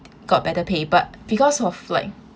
got better pay but because of like